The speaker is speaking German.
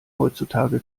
heutzutage